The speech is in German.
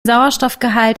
sauerstoffgehalt